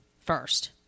first